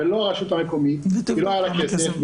ולא הרשות המקומית כי לא היה לה כסף.